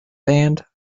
banned